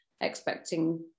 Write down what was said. expecting